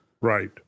Right